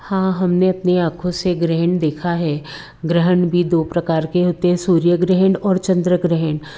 हाँ हमने अपनी आँखों से ग्रहण देखा है ग्रहण भी दो प्रकार के होते हैं सूर्य ग्रहण और चंद्र ग्रहण